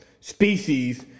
species